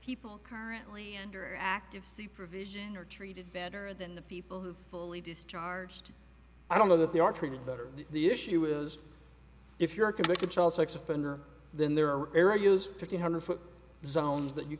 people currently under active supervision are treated better than the people who are fully discharged i don't know that they are treated better the issue is if you're a convicted child sex offender then there are areas fifteen hundred foot zones that you